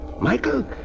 Michael